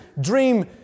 dream